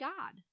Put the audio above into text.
God